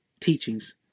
teachings